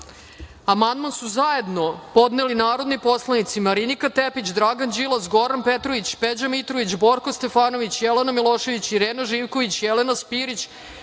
amandman su zajedno podneli narodni poslanici Marinika Tepić, Dragan Đilas, Goran Petrović, Peđa Mitrović, Borko Stefanović, Jelena Milošević, Irena Živković, Jelena Spirić,